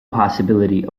possibility